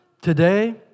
Today